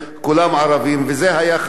וזה היחס של הממשלה,